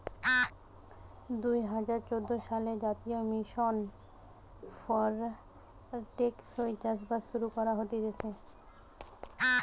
দুই হাজার চোদ্দ সালে জাতীয় মিশন ফর টেকসই চাষবাস শুরু করা হতিছে